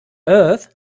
earth